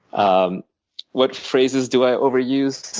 um what phrases do i overuse?